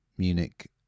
Munich